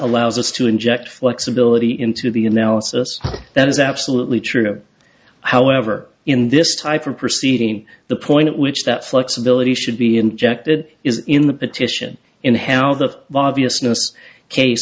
allows us to inject flexibility into the analysis that is absolutely true however in this type of proceeding the point at which that flexibility should be injected is in the petition in how the